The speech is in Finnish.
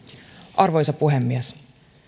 arvoisa puhemies